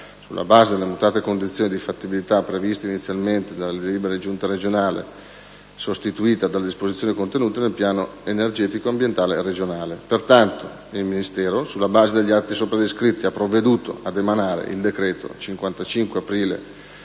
sulla base delle mutate condizioni di fattibilità previste inizialmente dalla delibera di giunta regionale n. 3533 del 2003, sostituita dalle disposizioni contenute nel piano energetico ambientale regionale. Pertanto il Ministero, sulla base degli atti sopra descritti, ha provveduto ad emanare il decreto 55/04/2010